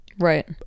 Right